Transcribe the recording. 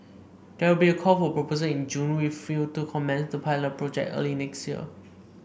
there will be a call for proposal in June with a view to commence the pilot project early next year